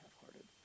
half-hearted